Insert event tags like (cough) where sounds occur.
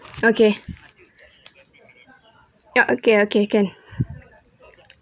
okay ya okay okay can (breath)